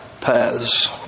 paths